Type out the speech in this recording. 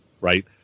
right